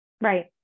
Right